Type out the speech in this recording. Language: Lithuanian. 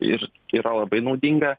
ir yra labai naudinga